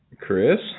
Chris